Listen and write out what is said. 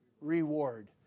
reward